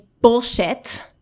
bullshit